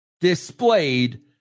displayed